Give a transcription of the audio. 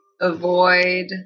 avoid